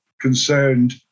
concerned